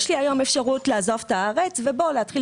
יש לי היום אפשרות לעזוב את הארץ ולהתחיל